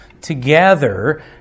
together